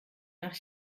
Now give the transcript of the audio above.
nach